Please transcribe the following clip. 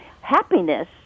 Happiness